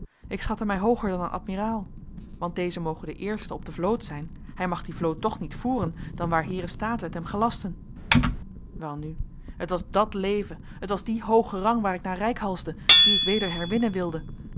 ik schatte mij hooger dan een admiraal want deze moge de eerste op de vloot zijn hij mag die vloot toch niet voeren dan waar heeren staten het hem gelasten welnu het was dat leven het was die hooge rang waar ik naar reikhalsde dien ik weder herwinnen wilde